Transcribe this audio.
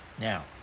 Now